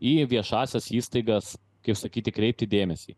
į viešąsias įstaigas kaip sakyti kreipti dėmesį